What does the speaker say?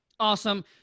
Awesome